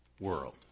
world